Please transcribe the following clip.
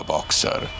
Boxer